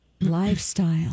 Lifestyle